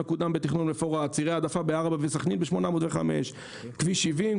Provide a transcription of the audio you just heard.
שמקודמת בתכנון מפורט; צירי העדפה בעראבה וסכנין ב-805; כביש 70,